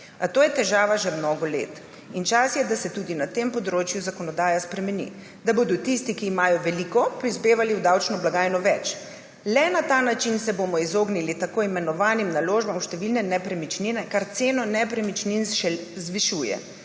a to je težava že mnogo let in čas je, da se tudi na tem področju zakonodaja spremeni, da bodo tisti, ki imajo veliko, prispevali v davčno blagajno več. Le na ta način se bomo izognili tako imenovanim naložbam v številne nepremičnine, kar ceno nepremičnin zvišuje.